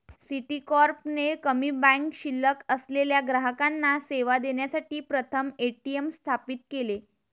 Citicorp ने कमी bank शिल्लक असलेल्या ग्राहकांना सेवा देण्यासाठी प्रथम ए.टी.एम स्थापित केले